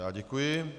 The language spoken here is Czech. Já děkuji.